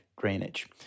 drainage